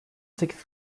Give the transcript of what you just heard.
sekiz